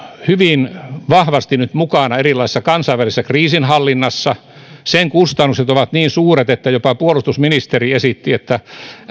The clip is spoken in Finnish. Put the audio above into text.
hyvin vahvasti nyt mukana erilaisessa kansainvälisessä kriisinhallinnassa sen kustannukset ovat niin suuret että jopa puolustusministeri esitti että